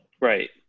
right